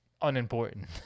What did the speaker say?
unimportant